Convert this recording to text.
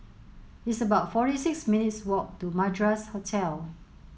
it's about forty six minutes' walk to Madras Hotel